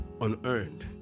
unearned